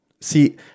See